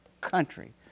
country